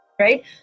right